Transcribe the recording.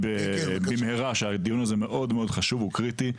הדיון הזה מאוד מאוד חשוב, הוא קריטי.